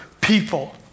people